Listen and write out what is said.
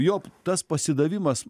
jo tas pasidavimas